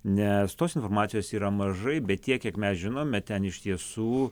nes tos informacijos yra mažai bet tiek kiek mes žinome ten iš tiesų